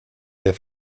der